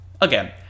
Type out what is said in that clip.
again